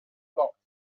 blocked